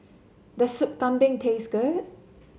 does Sup Kambing taste good